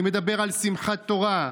אני מדבר על שמחת תורה,